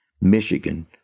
Michigan